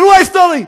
אירוע היסטורי.